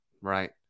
Right